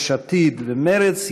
יש עתיד ומרצ,